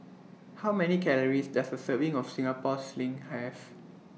How Many Calories Does A Serving of Singapore Sling Have